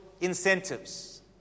incentives